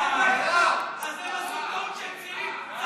אז הם עשו טעות כשהיו צעירים.